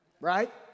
right